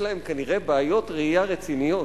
יש להם כנראה בעיות ראייה רציניות.